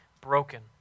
broken